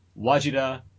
Wajida